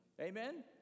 Amen